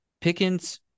pickens